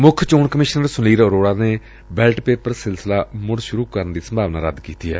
ਮੁੱਖ ਚੋਣ ਕਮਿਸ਼ਨਰ ਸੁਨੀਲ ਅਰੋੜਾ ਨੇ ਬੈਲਟ ਪੇਪਰ ਸਿਲਸਿਲਾ ਮੁੜ ਸੁਰੂ ਕਰਨ ਦੀ ਸੰਭਾਵਨਾ ਰੱਦ ਕੀਤੀ ਏ